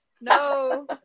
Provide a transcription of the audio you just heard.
no